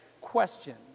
question